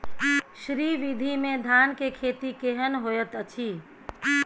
श्री विधी में धान के खेती केहन होयत अछि?